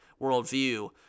worldview